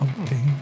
Okay